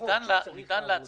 זה